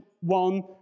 one